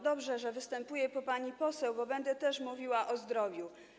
Dobrze, że występuję po pani poseł, bo też będę mówiła o zdrowiu.